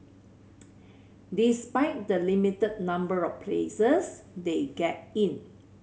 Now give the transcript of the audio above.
despite the limited number of places they get in